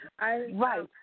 Right